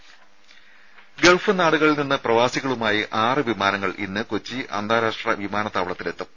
രുര ഗൾഫ് നാടുകളിൽ നിന്ന് പ്രവാസികളുമായി ആറ് വിമാനങ്ങൾ ഇന്ന് കൊച്ചി അന്താരാഷ്ട്ര വിമാനത്താവളത്തിൽ എത്തും